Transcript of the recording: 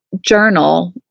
journal